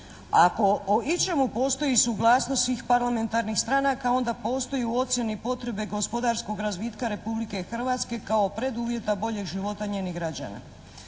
Ako o ičemu postoji suglasnost svih parlamentarnih stranaka onda postoji u ocjeni potrebe gospodarskog razvitka Republike Hrvatske kao preduvjeta boljeg života njenih građana.